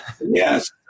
yes